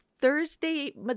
Thursday